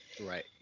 right